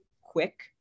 quick